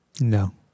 no